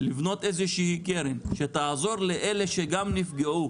לבנות איזושהי קרן שתעזור לאלה שגם נפגעו